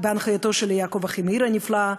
בהנחייתו של יעקב אחימאיר הנפלא,